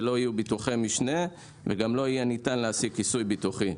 שלא יהיו ביטוחי משנה וגם לא ניתן יהיה להשיג כיסוי ביטוחי.